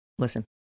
Listen